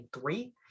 three